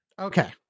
Okay